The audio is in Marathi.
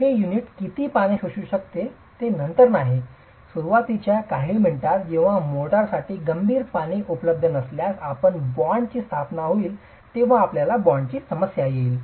हे युनिट किती पाणी शोषू शकते हे नंतर नाही सुरुवातीच्या काही मिनिटांत जेव्हा मोर्टारसाठी गंभीर पाणी उपलब्ध नसल्यास आपल्या बॉण्डची स्थापना होईल तेव्हा आपल्याला बॉन्डची समस्या होईल